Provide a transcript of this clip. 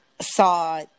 saw